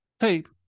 tape